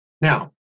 Now